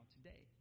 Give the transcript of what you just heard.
Today